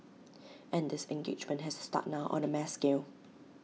and this engagement has to start now on A mass scale